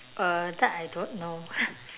uh that I don't know